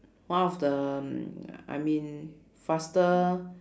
one of the um I mean faster